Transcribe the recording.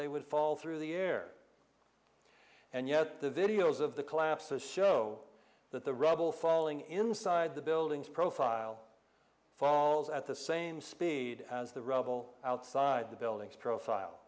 they would fall through the air and yet the videos of the collapses show that the rubble falling inside the buildings profile falls at the same speed as the rubble outside the buildings profile